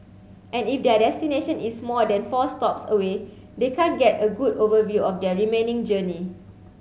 and if their destination is more than four stops away they can't get a good overview of their remaining journey